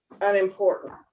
unimportant